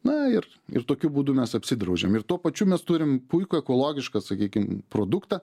na ir ir tokiu būdu mes apsidraudžiam ir tuo pačiu mes turim puikų ekologišką sakykime produktą